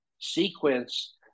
sequence